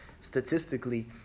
statistically